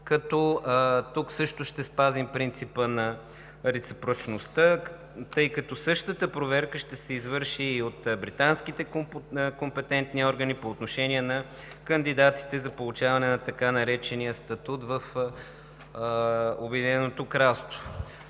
Тук също ще спазим принципа на реципрочността, тъй като същата проверка ще се извърши и от британските компетентни органи по отношение на кандидатите за получаване на така наречения статут в Обединеното кралство.